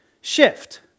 shift